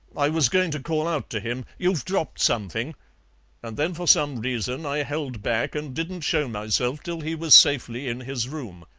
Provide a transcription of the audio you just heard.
i was going to call out to him you've dropped something and then for some reason i held back and didn't show myself till he was safely in his room.